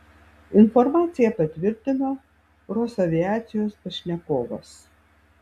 informaciją patvirtino rosaviacijos pašnekovas